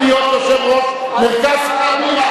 יושב-ראש מרכז קדימה.